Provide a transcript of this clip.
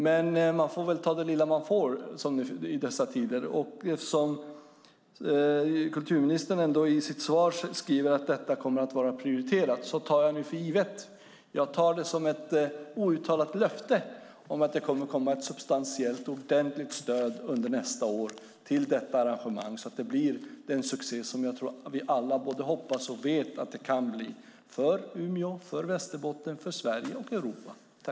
Men man får väl ta det lilla man får i dessa tider. Eftersom kulturministern ändå i sitt svar skriver att detta kommer att vara prioriterat tar jag det för givet. Jag tar det som ett outtalat löfte om att det kommer att komma ett substantiellt ordentligt stöd under nästa år till detta arrangemang så att det blir den succé som jag tror att vi alla både hoppas och vet att det kan bli för Umeå, för Västerbotten, för Sverige och för Europa.